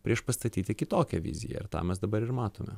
priešpastatyti kitokią viziją ir tą mes dabar ir matome